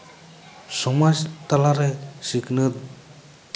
ᱥᱚᱢᱟᱡᱽ ᱛᱟᱞᱟᱨᱮ ᱥᱤᱠᱷᱱᱟᱹᱛ